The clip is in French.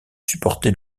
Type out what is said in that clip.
supporté